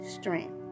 strength